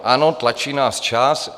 Ano, tlačí nás čas.